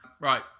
Right